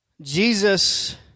Jesus